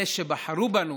אלה שבחרו בנו